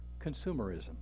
consumerism